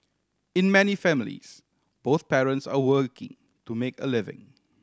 in many families both parents are working to make a living